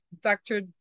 Dr